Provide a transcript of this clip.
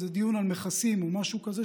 איזה דיון על מכסים או משהו כזה,